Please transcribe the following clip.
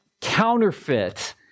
counterfeit